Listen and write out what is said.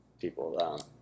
people